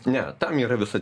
ne tam yra visa